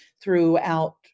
throughout